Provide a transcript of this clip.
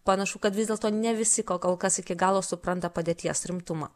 panašu kad vis dėlto ne visi kol kas iki galo supranta padėties rimtumą